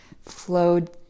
flowed